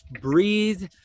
breathe